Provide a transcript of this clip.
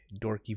dorky